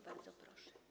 Bardzo proszę.